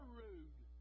rude